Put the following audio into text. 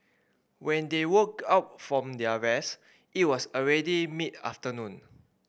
when they woke up from their rest it was already mid afternoon